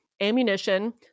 ammunition